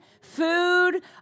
food